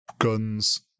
guns